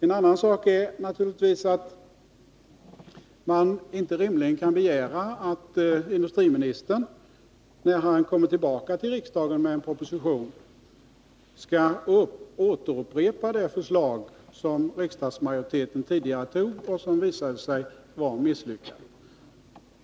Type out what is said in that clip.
En annan sak är naturligtvis att man inte rimligen kan begära att industriministern, när han kommer tillbaka till riksdagen med en proposition, skall upprepa det förslag som riksdagsmajoriteten tidigare tog och som visade sig vara misslyckat.